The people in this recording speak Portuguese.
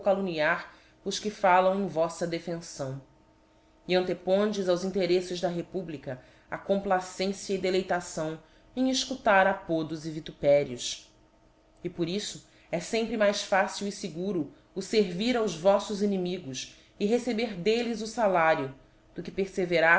calumniar os que faliam em voffa defenfâo e antepondes aos intereífes da republica a complacência e deleitação em efcutar apodos e vitupérios e por iíto é fempre mais fácil e feguro o fervir aos voítos inimigos e receber d'elles o falario do que